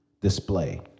display